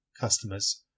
customers